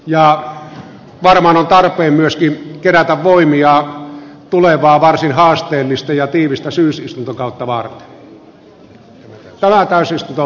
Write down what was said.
ja varmaan tarpeen myös vikkelä poimijalle tulevaa varsin haasteellista ja tiivistä lisätalousarvioehdotuksen mietinnön mukaisena